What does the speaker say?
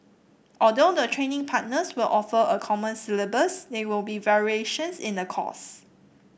although the training partners will offer a common syllabus there will be variations in the course